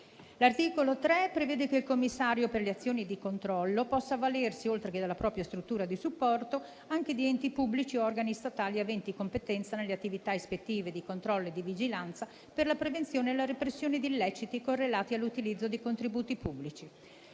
L'articolo 3 prevede che il commissario per le azioni di controllo possa avvalersi, oltre che della propria struttura di supporto, anche di enti pubblici o organi statali aventi competenza nelle attività ispettive, di controllo e di vigilanza per la prevenzione e la repressione di illeciti correlati all'utilizzo dei contributi pubblici.